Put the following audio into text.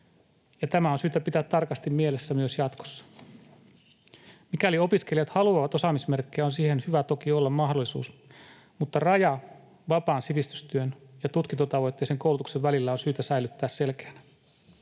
Tämä on syytä pitää tarkasti mielessä myös jatkossa. Mikäli opiskelijat haluavat osaamismerkkiä, on siihen toki hyvä olla mahdollisuus, mutta raja vapaan sivistystyön ja tutkintotavoitteisen koulutuksen välillä on syytä säilyttää selkeänä.